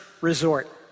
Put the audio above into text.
resort